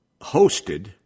hosted